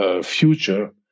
future